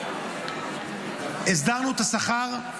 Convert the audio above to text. הסדרנו את השכר,